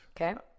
okay